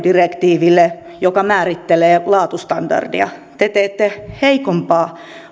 direktiiville joka määrittelee laatustandardeja te teette heikompaa